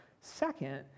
Second